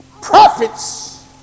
prophets